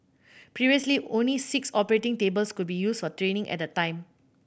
previously only six operating tables could be used for training at a time